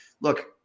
Look